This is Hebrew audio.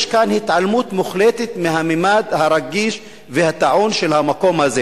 יש כאן התעלמות מוחלטת מהממד הרגיש והטעון של המקום הזה.